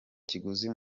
kiguzi